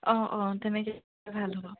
অঁ অঁ তেনেকেই ভাল হ'ব